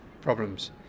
problems